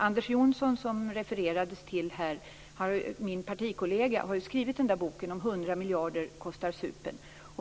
Anders Johnson, min partikollega som man har refererat till här, har ju skrivit boken 100 miljarder kostar supen.